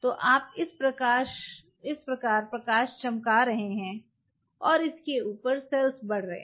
तो आप इस प्रकार प्रकाश चमक रहे है और इसके ऊपर सेल्स बढ़ रहे हैं